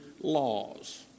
laws